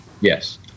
Yes